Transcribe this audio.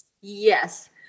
Yes